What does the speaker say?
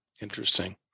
interesting